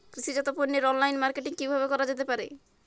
কৃষিজাত পণ্যের online marketing কিভাবে করা যেতে পারে?